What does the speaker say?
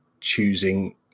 choosing